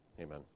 Amen